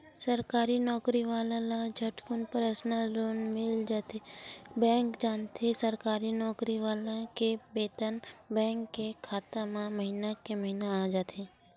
सरकारी नउकरी वाला ल झटकुन परसनल लोन मिल जाथे बेंक जानथे सरकारी नउकरी वाला के बेतन बेंक के खाता म महिना के महिना आ जाथे